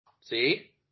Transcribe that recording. See